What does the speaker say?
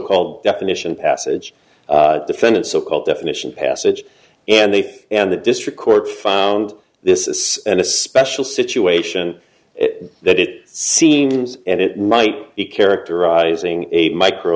called definition passage defendant so called definition passage and they've and the district court found this is an especial situation that it seems and it might be characterizing a micro